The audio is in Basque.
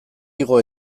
igo